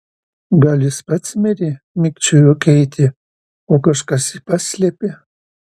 gal jis pats mirė mikčiojo keitė o kažkas jį paslėpė